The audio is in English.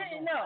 no